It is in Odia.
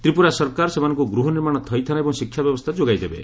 ତ୍ରିପୁରା ସରକାର ସେମାନଙ୍କୁ ଗୃହ ନିର୍ମାଣ ଥଇଥାନ ଏବଂ ଶିକ୍ଷା ବ୍ୟବସ୍ଥା ଯୋଗାଇଦେବେ